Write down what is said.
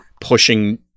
pushing